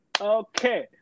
okay